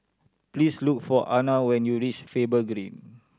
please look for Anna when you reach Faber Green